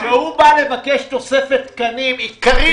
כשהוא בא לבקש תוספת תקנים, כרינו אוזן.